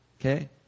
okay